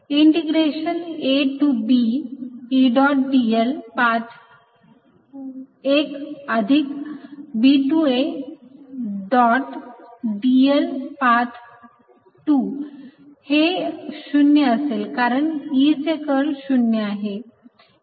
integration A to B E dot dl path 1 अधिक B to A dot dl path 2 हे 0 असेल कारण E चे कर्ल हे 0 आहे